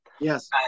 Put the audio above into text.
Yes